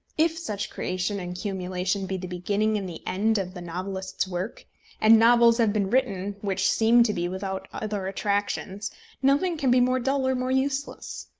if such creation and cumulation be the beginning and the end of the novelist's work and novels have been written which seem to be without other attractions nothing can be more dull or more useless.